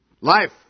Life